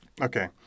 okay